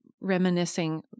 reminiscing